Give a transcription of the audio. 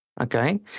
Okay